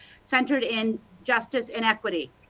centered in justice and equity.